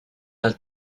dal